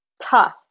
Tough